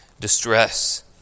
distress